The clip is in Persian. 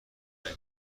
ترین